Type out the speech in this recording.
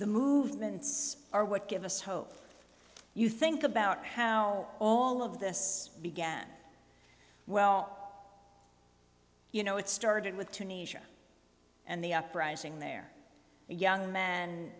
the movements are what give us hope you think about how all of this began well you know it started with tunisia and the uprising there a young m